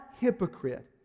hypocrite